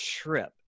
trip